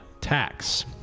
tax